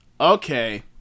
Okay